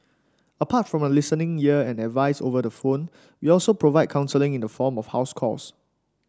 apart from a listening ear and advice over the phone we also provide counselling in the form of house calls